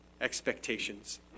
expectations